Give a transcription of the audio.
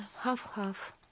half-half